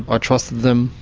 i trusted them,